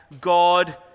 God